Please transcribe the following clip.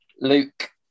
luke